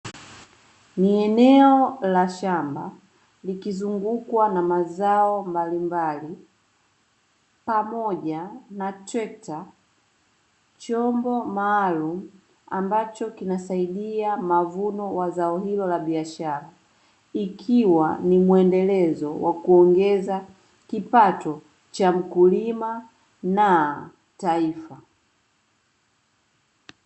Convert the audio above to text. Ni eneo la shamba likizungukwa na mazao mbalimbali pamoja na trekta, chombo maalum ambacho kinasaidia mavuno wa zao hilo la biashara, ikiwa ni mwendelezo wa kuongeza kipato cha mkulima na taifa.